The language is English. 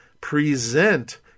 present